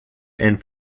and